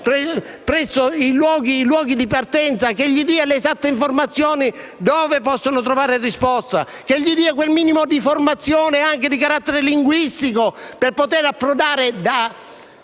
presso i luoghi di partenza, capace di dare le esatte informazioni su dove possono trovare certe risposte e quel minimo di formazione, anche di carattere linguistico, per poter approdare da